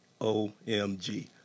OMG